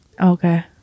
okay